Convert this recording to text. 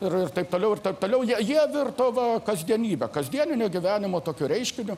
ir ir taip toliau ir taip toliau jie jie virto va kasdienybe kasdienio gyvenimo tokiu reiškiniu